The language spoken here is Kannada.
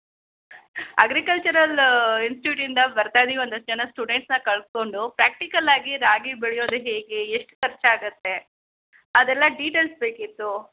ಅಗ್ರಿಕಲ್ಚರಲ್ ಇನ್ಸ್ಟ್ಯೂಟಿಂದ ಬರ್ತಾ ಇದೀವಿ ಒಂದಷ್ಟು ಜನ ಸ್ಟೂಡೆಂಟ್ಸನ್ನ ಕರ್ಕೊಂಡು ಪ್ರಾಕ್ಟಿಕಲ್ ಆಗಿ ರಾಗಿ ಬೆಳೆಯೋದು ಹೇಗೆ ಎಷ್ಟು ಖರ್ಚು ಆಗತ್ತೆ ಅದೆಲ್ಲ ಡಿಟೇಲ್ಸ್ ಬೇಕಿತ್ತು